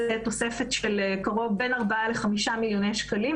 זו תוספת של בין ארבעה לחמישה מיליוני שקלים.